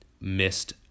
missed